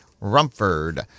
Rumford